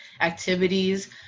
activities